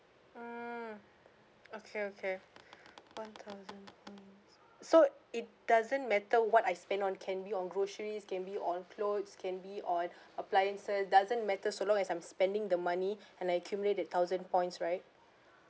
mm okay okay one thousand points so it doesn't matter what I spend on can be on groceries can be on clothes can be on appliances doesn't matter so long as I'm spending the money and I accumulate the thousand points right